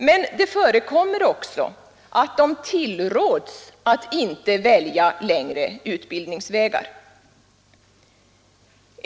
Men det förekommer också att de tillråds att inte välja längre utbildningsvägar.